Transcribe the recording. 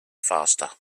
faster